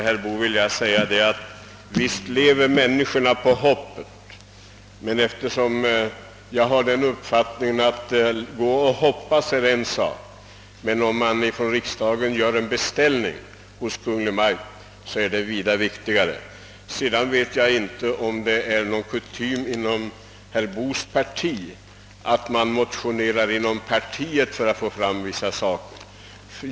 Herr talman! Visst lever vi människor på hoppet, herr Boo. Men jag har den uppfattningen, att det är en sak att gå omkring och hoppas och en annan sak att riksdagen gör en beställning hos Kungl. Maj:t — det senare är vida viktigare. Jag vet inte om det är kutym inom herr Boos parti att man motionerar inom partiet för att föra fram vissa frågor.